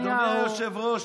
אדוני היושב-ראש,